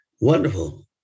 wonderful